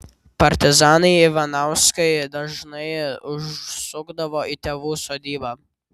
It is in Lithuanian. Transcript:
partizanai ivanauskai dažnai užsukdavo į tėvų sodybą